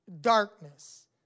darkness